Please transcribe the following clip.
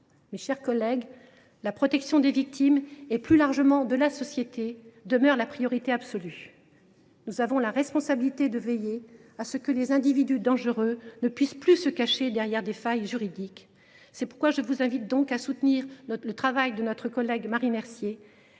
Mes chers collègues, la protection des victimes, et plus largement de la société, demeure la priorité absolue. Nous avons la responsabilité de veiller à ce que les individus dangereux ne puissent plus se cacher derrière des failles juridiques. Je vous invite donc à soutenir le travail de notre collègue Marie Mercier,